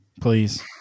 please